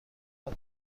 پرو